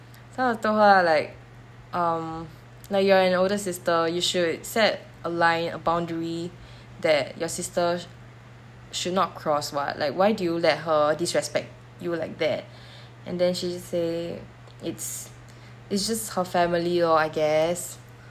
so afterward I like um like you're an older sister you should set a line a boundary that your sister should not cross [what] like why did you let her disrespect you like that and then she just say it's it's just her family lor I guess